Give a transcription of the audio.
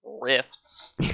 Rifts